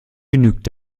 genügt